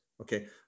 okay